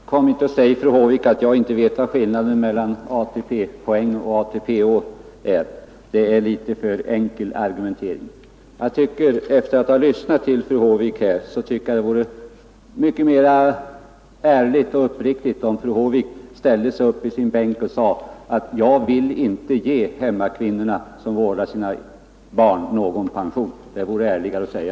Herr talman! Kom inte och säg, fru Håvik, att jag inte vet vad skillnaden mellan ATP-poäng och ATP-år är. Det är litet för enkel argumentering. Efter att han lyssnat till fru Håvik här tycker jag det vore mycket mera ärligt och uppriktigt om fru Håvik ställde sig upp i sin bänk och sade att hon inte vill ge hemmakvinnorna som vårdar sina barn någon pension.